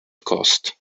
cost